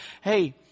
hey